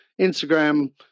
Instagram